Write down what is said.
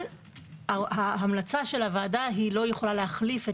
אבל ההמלצה של הוועדה לא יכולה להחליף את